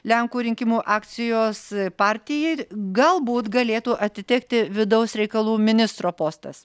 lenkų rinkimų akcijos partijai galbūt galėtų atitekti vidaus reikalų ministro postas